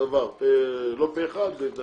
הצבעה בעד רוב נגד